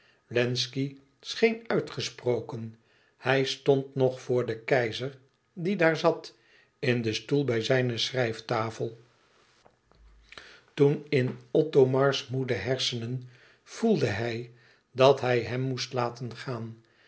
wlenzci scheen uitgesproken hij stond nog voor den keizer die daar zat in den stoel bij zijne schrijftafel toen in othomars moede hersenen voelde hij dat hij hem moest laten gaan